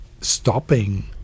stopping